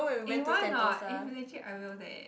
eh you want or not if legit I will eh